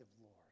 Lord